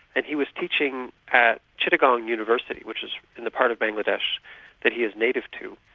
and he was teaching at chittagong university which is in the part of bangladesh that he is native to,